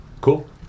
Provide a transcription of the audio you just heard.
Cool